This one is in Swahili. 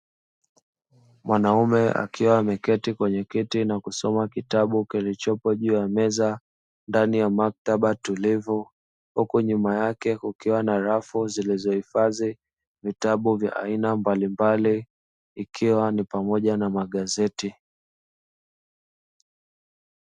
Mwanaume akiwa ameketi kwenye kiti na kusoma kitabu kilichopo juu ya meza ndani ya maktaba tulivu, huku nyuma yake kukiwa na rafu zilizohifadhi vitabu vya aina mbalimbali ikiwa ni pamoja na magazeti.